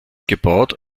gebaut